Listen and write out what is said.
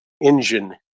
engine